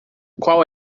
qual